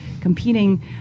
competing